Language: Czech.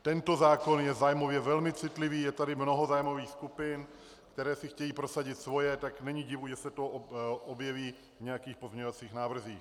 Tento zákon je zájmově velmi citlivý, je tady mnoho zájmových skupin, které si chtějí prosadit svoje, tak není divu, že se to objeví v nějakých pozměňovacích návrzích.